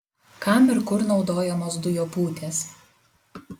kam ir kur naudojamos dujopūtės